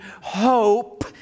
hope